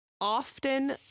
often